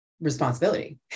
responsibility